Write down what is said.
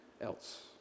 else